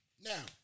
Now